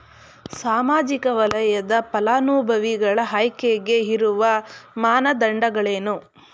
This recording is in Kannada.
ಸಾಮಾಜಿಕ ವಲಯದ ಫಲಾನುಭವಿಗಳ ಆಯ್ಕೆಗೆ ಇರುವ ಮಾನದಂಡಗಳೇನು?